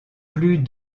plus